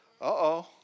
Uh-oh